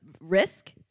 risk